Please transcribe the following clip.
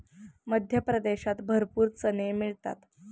मध्य प्रदेशात भरपूर चणे मिळतात